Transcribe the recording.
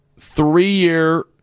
three-year